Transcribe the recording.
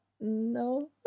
no